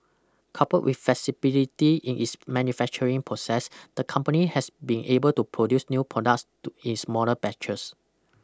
coupled with flexibility in its manufacturing process the company has been able to produce new products to in smaller batches